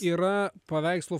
yra paveikslų